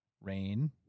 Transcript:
rain